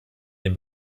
den